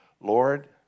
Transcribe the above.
Lord